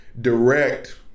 direct